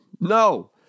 No